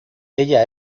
ella